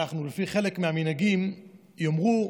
לפי חלק מהמנהגים, יאמרו: